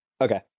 Okay